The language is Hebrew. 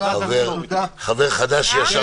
אתם מבטלים את סעיף 41?